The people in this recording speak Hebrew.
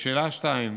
לשאלה 2: